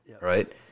right